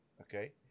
okay